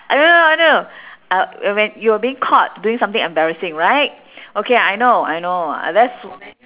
I know I know uh wh~ when you were being caught doing something embarrassing right okay I know I know I very su~